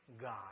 God